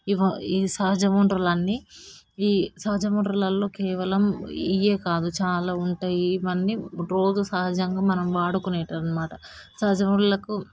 ఇవి ఈ సహజ వనరులన్నీ ఈ సహజ వనరులలో కేవలం ఇవే కాదు చాలా ఉంటాయి ఇవన్నీ రోజూ సహజంగా మనం వాడుకునేవి అన్నమాట సహజ వనరులకు